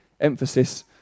emphasis